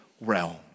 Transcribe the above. realm